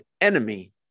enemy